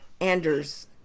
Anders